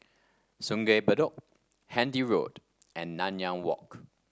Sungei Bedok Handy Road and Nanyang Walk